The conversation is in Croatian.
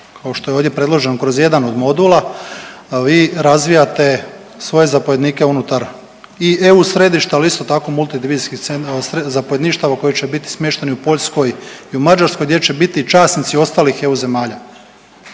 kao što je ovdje predloženo kroz jedan od modula vi razvijate svoje zapovjednike unutar i EU središta, ali isto tako multi zapovjedništava koji će biti smješteni u Poljskoj i u Mađarskoj gdje će biti časnici ostalih EU zemalja.